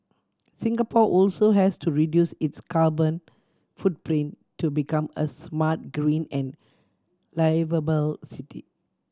Singapore also has to reduce its carbon footprint to become a smart green and liveable city